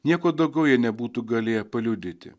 nieko daugiau jie nebūtų galėję paliudyti